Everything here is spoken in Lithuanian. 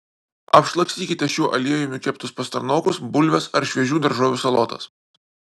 apšlakstykite šiuo aliejumi keptus pastarnokus bulves ar šviežių daržovių salotas